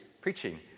preaching